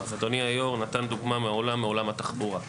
אדוני היו"ר נתן דוגמה מעולם התחבורה.